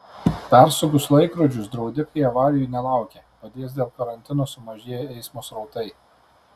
persukus laikrodžius draudikai avarijų nelaukia padės dėl karantino sumažėję eismo srautai